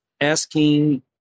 asking